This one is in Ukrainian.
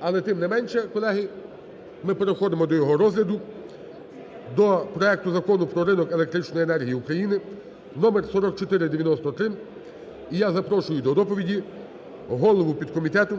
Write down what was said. Але тим не менше, колеги, ми переходимо до його розгляду, до проекту Закону про ринок електричної енергії України (номер 4493). І я запрошую до доповіді голову підкомітету